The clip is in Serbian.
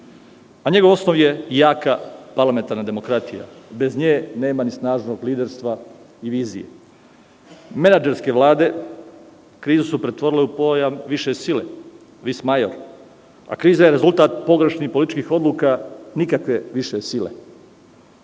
Njegov osnov je jaka parlamentarna demokratija, bez nje nema ni snažnog liderstva i vizije. Menadžerske vlade krize su pretvorile u pojam više sile, a kriza je rezultat pogrešnih političkih odluka, nikakve više sile.